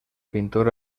pintor